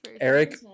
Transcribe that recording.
eric